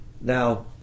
Now